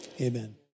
Amen